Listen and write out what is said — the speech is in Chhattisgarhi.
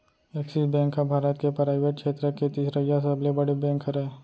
एक्सिस बेंक ह भारत के पराइवेट छेत्र के तिसरइसा सबले बड़े बेंक हरय